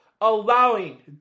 allowing